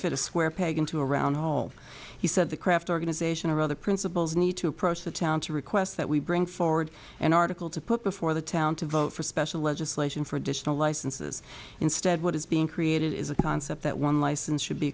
fit a square peg into a round hole he said the craft organization or other principals need to approach the town to request that we bring forward an article to put before the town to vote for special legislation for additional licenses instead what is being created is a concept that one license should be